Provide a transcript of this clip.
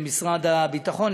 למשרד הביטחון,